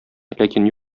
ләкин